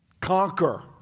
conquer